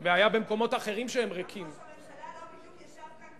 גם ראש הממשלה לא בדיוק ישב כאן